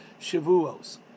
Shavuos